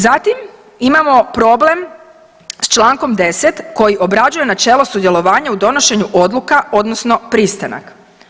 Zatim, imamo problem s člankom 10. koji obrađuje načelo sudjelovanja u donošenju odluka, odnosno pristanak.